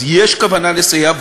אז יש כוונה לסייע,